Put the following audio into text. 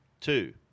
Two